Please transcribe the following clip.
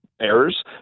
errors